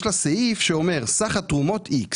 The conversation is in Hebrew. יש לה סעיף שאומר, סך התרומות X,